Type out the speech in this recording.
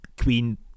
queen